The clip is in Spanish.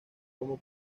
como